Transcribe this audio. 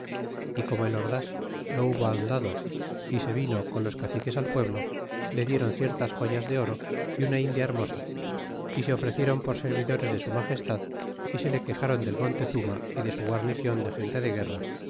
y como el ordas lo hubo ahondado y se vino con los caciques al pueblo le diéron ciertas joyas de oro y una india hermosa y se ofreciéron por servidores de su magestad y se le quejaron del montezuma y de su guarnicion de gente de guerra